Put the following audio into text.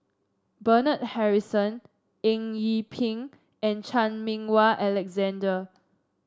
Bernard Harrison Eng Yee Peng and Chan Meng Wah Alexander